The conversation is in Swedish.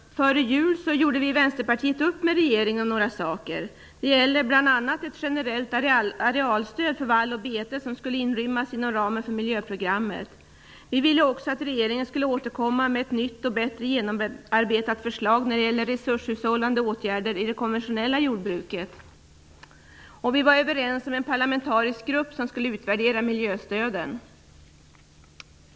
Före jul gjorde vi i Vänsterpartiet upp med regeringen om några saker. Det gällde bl.a. ett generellt arealstöd för vall och bete som skulle rymmas inom ramen för miljöprogrammet. Vi ville också att regeringen skulle återkomma med ett nytt och bättre genomarbetat förslag när det gäller resurshushållande åtgärder i det konventionella jordbruket och vi var överens om en parlamentarisk grupp som skulle utvärdera miljöstöden.